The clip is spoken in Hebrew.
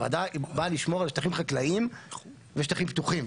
הוועדה הזאת באה לשמור על שטחים חקלאיים ושטחים פתוחים,